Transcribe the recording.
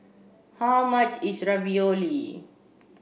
how much is Ravioli